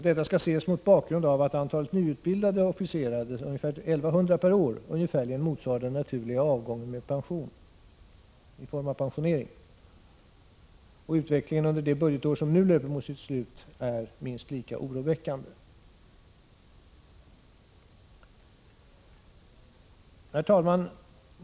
Detta skall ses mot bakgrund av att antalet nyutbildade officerare, ca 1 100 per år, ungefärligen motsvarar den naturliga avgången i form av pensionering. Och utvecklingen under det budgetår som nu löper mot sitt slut är minst lika oroväckande. Herr talman!